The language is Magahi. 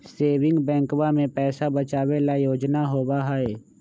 सेविंग बैंकवा में पैसा बचावे ला योजना होबा हई